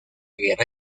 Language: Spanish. guerra